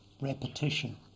Repetition